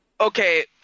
Okay